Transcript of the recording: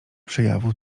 przejawu